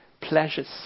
pleasures